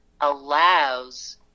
allows